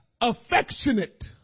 affectionate